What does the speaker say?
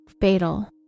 fatal